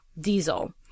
diesel